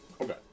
Okay